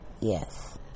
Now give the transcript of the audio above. yes